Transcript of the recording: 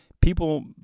People